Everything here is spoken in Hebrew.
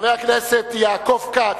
חבר הכנסת יעקב כץ,